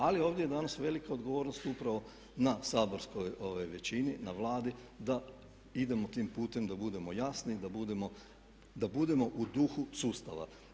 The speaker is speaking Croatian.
Ali ovdje je danas velika odgovornost upravo na saborskoj većini, na Vladi da idemo tim putem da budemo jasni, da budemo u duhu sustava.